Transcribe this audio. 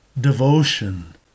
devotion